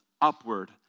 upward